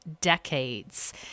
decades